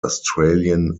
australian